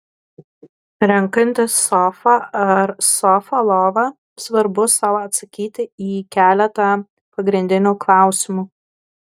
renkantis sofą ar sofą lovą svarbu sau atsakyti į keletą pagrindinių klausimų